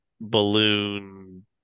balloon